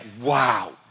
wow